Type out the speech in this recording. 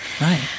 right